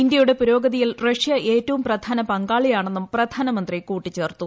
ഇന്ത്യയുടെ പുരോഗതിയിൽ റഷ്യ ഏറ്റവും പ്രധാന പങ്കാളിയാണെന്നും പ്രധാനമന്ത്രി കൂട്ടിച്ചേർത്തു